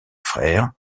frères